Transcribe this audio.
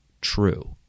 true